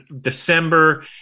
December